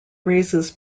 raises